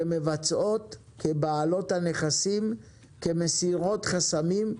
כמבצעות, כבעלות הנכסים, כמסירות חסמים,